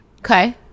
Okay